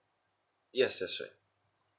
yes that's right